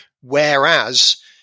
Whereas